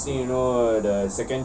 விலங்கல்ல:vilangalla